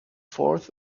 fourth